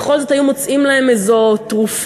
בכל זאת היו מוצאים להם איזו תרופה.